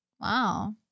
Wow